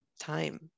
time